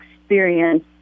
experience